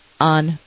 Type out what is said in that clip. on